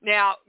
Now